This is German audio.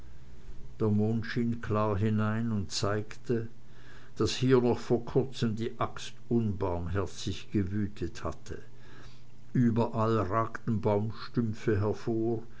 hinein und zeigte daß hier noch vor kurzem die axt unbarmherzig gewütet hatte überall ragten baumstümpfe hervor